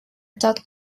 dot